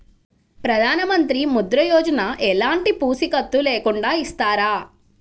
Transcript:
ప్రధానమంత్రి ముద్ర యోజన ఎలాంటి పూసికత్తు లేకుండా ఇస్తారా?